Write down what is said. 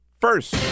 first